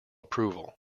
approval